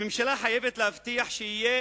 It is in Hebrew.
הממשלה חייבת להבטיח שיהיה